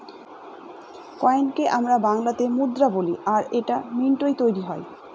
কয়েনকে আমরা বাংলাতে মুদ্রা বলি আর এটা মিন্টৈ তৈরী হয়